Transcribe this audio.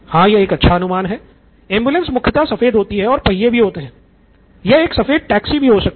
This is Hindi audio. हाँ यह एक अच्छा अनुमान है एम्बुलेंस मुख्यता सफेद होती है और पहियों भी होते हैं यह एक सफेद टैक्सी भी हो सकती है